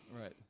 Right